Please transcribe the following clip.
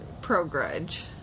pro-Grudge